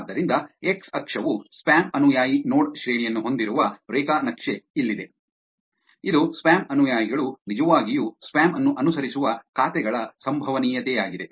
ಆದ್ದರಿಂದ ಎಕ್ಸ್ ಅಕ್ಷವು ಸ್ಪ್ಯಾಮ್ ಅನುಯಾಯಿ ನೋಡ್ ಶ್ರೇಣಿಯನ್ನು ಹೊಂದಿರುವ ರೇಖಾ ನಕ್ಷೆ ಇಲ್ಲಿದೆ ಇದು ಸ್ಪ್ಯಾಮ್ ಅನುಯಾಯಿಗಳು ನಿಜವಾಗಿಯೂ ಸ್ಪ್ಯಾಮ್ ಅನ್ನು ಅನುಸರಿಸುವ ಖಾತೆಗಳ ಸಂಭವನೀಯತೆಯಾಗಿದೆ